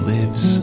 lives